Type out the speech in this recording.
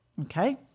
Okay